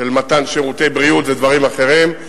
של מתן שירותי בריאות ודברים אחרים.